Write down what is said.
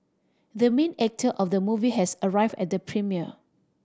the main actor of the movie has arrived at the premiere